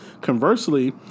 Conversely